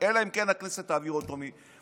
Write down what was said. אלא אם כן הכנסת תעביר אותו מתפקידו.